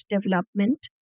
development